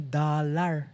dollar